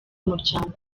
muryango